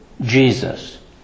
Jesus